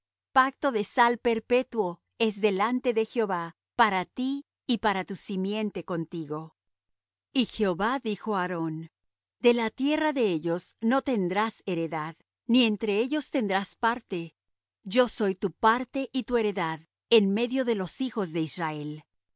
pacto de sal perpetuo es delante de jehová para ti y para tu simiente contigo y jehová dijo á aarón de la tierra de ellos no tendrás heredad ni entre ellos tendrás parte yo soy tu parte y tu heredad en medio de los hijos de israel y